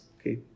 Okay